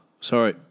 sorry